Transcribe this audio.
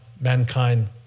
mankind